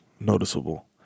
noticeable